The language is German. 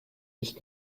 ist